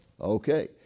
Okay